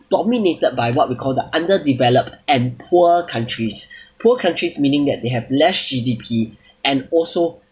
dominated by what we call the underdeveloped and poor countries poor countries meaning that they have less G_D_P and also